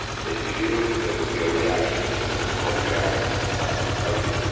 they feared there would be a reaction from the catholic elements in spanish society.